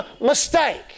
mistake